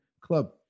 club